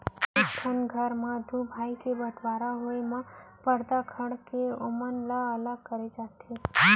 एक ठन घर म दू भाई के बँटवारा होय म परदा खंड़ के ही ओमन ल अलग करे जाथे